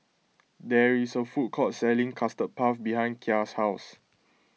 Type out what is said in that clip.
there is a food court selling Custard Puff behind Kya's house